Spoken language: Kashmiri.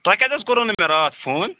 تۄہہِ کیٛازِ حظ کوٚروٕ نہٕ مےٚ راتھ فون